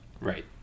Right